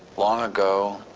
long ago,